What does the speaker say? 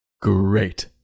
Great